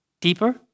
deeper